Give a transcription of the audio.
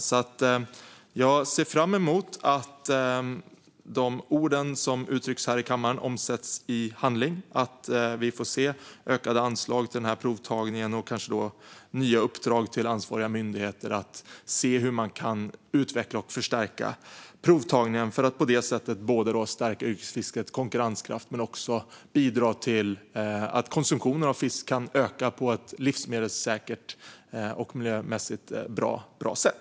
Jag ser alltså fram emot att de ord som uttrycks här i kammaren omsätts i handling så att vi får se ökade anslag till den här provtagningen - och kanske nya uppdrag till ansvariga myndigheter att se hur man kan utveckla och förstärka provtagningen för att på det sättet stärka yrkesfiskets konkurrenskraft och bidra till att konsumtionen av fisk kan öka på ett livsmedelssäkert och miljömässigt bra sätt.